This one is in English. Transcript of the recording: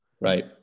Right